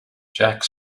jack